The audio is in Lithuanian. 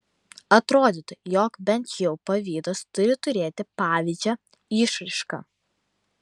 atrodytų jog bent jau pavydas turi turėti pavydžią išraišką